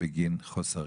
בגין חוסרים.